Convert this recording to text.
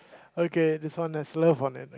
okay this one has love on anything